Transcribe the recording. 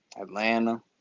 Atlanta